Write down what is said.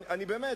באמת,